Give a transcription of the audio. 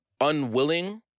unwilling